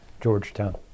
Georgetown